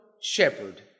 shepherd